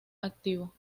activo